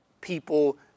people